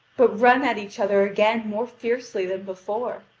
but run at each other again more fiercely than before.